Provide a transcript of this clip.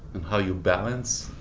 and how you balance,